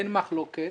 אין מחלוקת